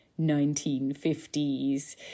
1950s